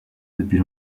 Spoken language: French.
depuis